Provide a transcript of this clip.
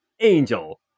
Angel